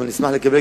ואני אשמח לקבל,